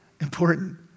important